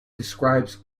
describes